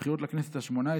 בבחירות לכנסת ה-18,